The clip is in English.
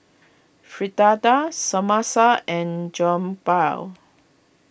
Fritada Samosa and Jokbal